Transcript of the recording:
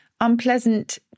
unpleasant